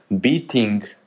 beating